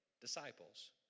disciples